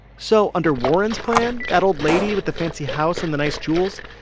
so under warren's plan, that old lady with the fancy house and the nice jewels,